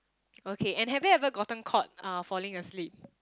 okay and have you ever gotten caught uh falling asleep